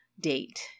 date